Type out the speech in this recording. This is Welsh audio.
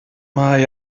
mae